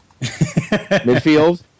Midfield